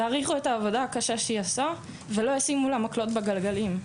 יעריכו את העבודה הקשה שהיא עושה ולא ישימו לה מקלות בגלגלים.